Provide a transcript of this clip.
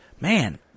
man